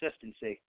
consistency